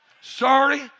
Sorry